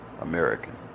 American